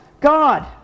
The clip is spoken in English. god